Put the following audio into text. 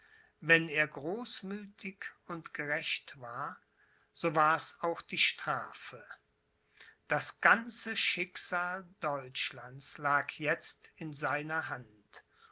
wenn er großmüthig und gerecht war so war's auch die strafe das ganze schicksal deutschlands lag jetzt in seiner hand